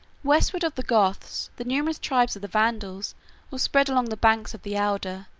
westward of the goths, the numerous tribes of the vandals were spread along the banks of the oder,